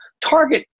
Target